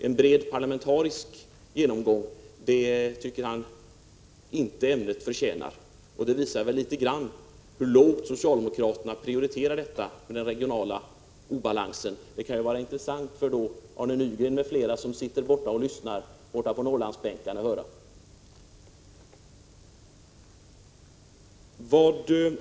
En bred parlamentarisk genomgång tycker han inte att ämnet förtjänar, och det visar litet grand hur lågt socialdemokraterna prioriterar den regionala obalansen. Det kan vara intressant för Arne Nygren m.fl. på Norrlandsbänken att höra det.